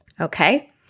okay